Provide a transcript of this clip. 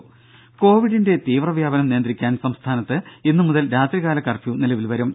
ദേദ കോവിഡിന്റെ തീവ്ര വ്യാപനം നിയന്ത്രിക്കാൻ സംസ്ഥാനത്ത് ഇന്നുമുതൽ രാത്രികാല കർഫ്യു നിലവിൽ വരും